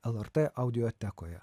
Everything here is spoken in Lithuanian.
lrt audiotekoje